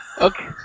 okay